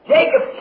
Jacob